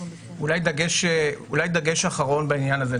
אולי דגש אחרון בעניין הזה.